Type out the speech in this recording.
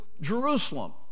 Jerusalem